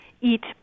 eat